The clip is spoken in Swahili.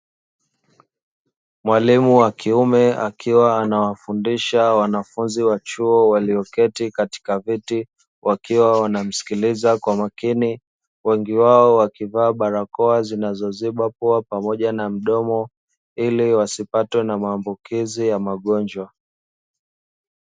Mwalimu wa kiume, akiwa anawafundisha wanafunzi wa chuo walioketi katika viti, wakiwa wanamsikiliza kwa makini. Wengi wao wakivaa barakoa zinazoziba pua pamoja na mdomo, ili wasipate na maambukizi ya magonjwa.